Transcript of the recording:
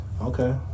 Okay